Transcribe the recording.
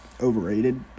overrated